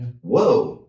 whoa